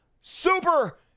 super